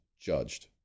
judged